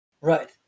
Right